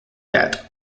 death